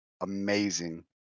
amazing